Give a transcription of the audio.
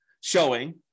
showing